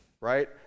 right